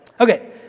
Okay